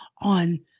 On